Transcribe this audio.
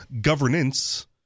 governance